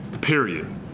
period